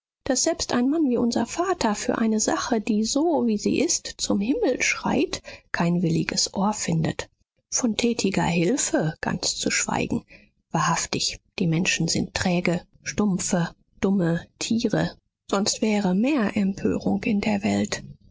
daß selbst ein mann wie unser vater für eine sache die so wie sie ist zum himmel schreit kein williges ohr findet von tätiger hilfe ganz zu schweigen wahrhaftig die menschen sind träge stumpfe dumme tiere sonst wäre mehr empörung in der welt